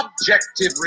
objective